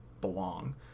belong